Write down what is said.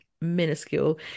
minuscule